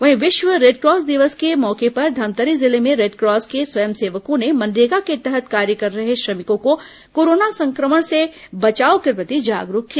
वहीं विश्व रेडक्रॉस दिवस के मौके पर धमतरी जिले में रेडक्रॉस के स्वयंसेवकों ने मनरेगा के तहत कार्य कर रहे श्रमिकों को कोरोना संक्रमण से बचाव के प्रति जागरूक किया